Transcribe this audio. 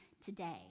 today